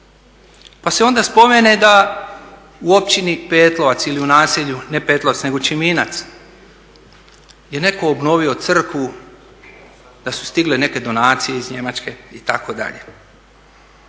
Pa se onda spomene da u Općini Petlovac ili u naselju Čiminac je neko obnovio crkvu, da su stigle neke donacije iz Njemačke itd.